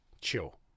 chill